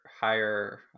higher